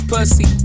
Pussy